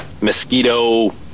mosquito